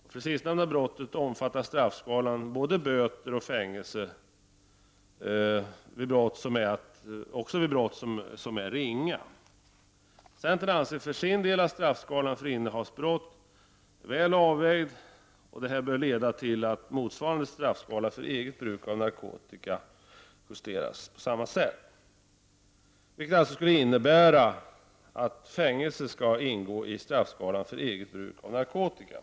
För det sistnämnda brottet omfattar straffskalan både böter och fängelse också vid brott som är ringa. Centern anser för sin del att straffskalan för innehavsbrott är väl avvägd. Det bör leda till att motsvarande straffskala för eget bruk av narkotika justeras på samma sätt, vilket skulle innebära att fängelse skall ingå i straffskalan för eget bruk av narkotika.